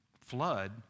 Flood